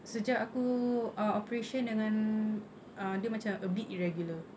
sejak aku uh operation dengan uh dia macam a bit irregular